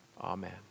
Amen